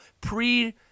pre